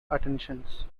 attentions